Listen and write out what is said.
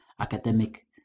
academic